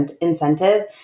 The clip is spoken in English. incentive